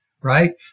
right